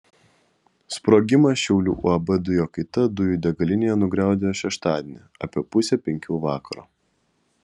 sprogimas šiaulių uab dujokaita dujų degalinėje nugriaudėjo šeštadienį apie pusę penkių vakaro